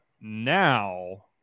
now